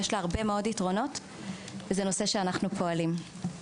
יש לה הרבה מאוד יתרונות וזה נושא שאנחנו פועלים בו.